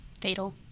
fatal